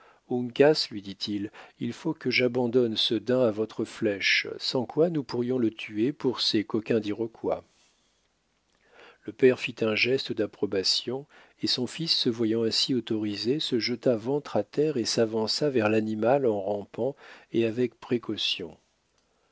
uncas lui dit-il il faut que j'abandonne ce daim à votre flèche sans quoi nous pourrions le tuer pour ces coquins d'iroquois le père fit un geste d'approbation et son fils se voyant ainsi autorisé se jeta ventre à terre et s'avança vers l'animal en rampant et avec précaution